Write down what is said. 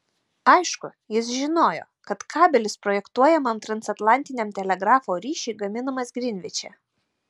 aišku jis žinojo kad kabelis projektuojamam transatlantiniam telegrafo ryšiui gaminamas grinviče